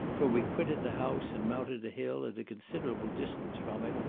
for we quitted the house, and mounted a hill at a considerable distance from it,